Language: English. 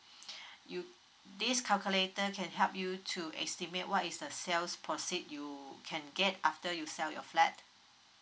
you this calculator can help you to estimate what is the sales proceed you can get after you sell your flat